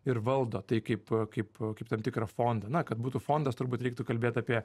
ir valdo tai kaip kaip kaip tam tikrą fondą na kad būtų fondas turbūt reiktų kalbėt apie